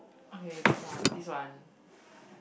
okay this one this one